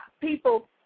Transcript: people